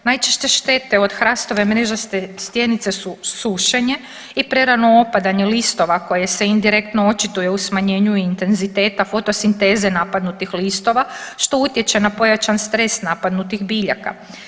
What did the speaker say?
Najčešće štete od hrastove mrežaste stjenice su sušenje i prerano opadanje listova koje se indirektno očituje u smanjenju intenziteta fotosinteze napadnutih listova što utječe na pojačan stres napadnutih biljaka.